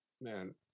Man